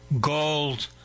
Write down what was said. Gold